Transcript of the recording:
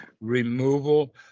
removal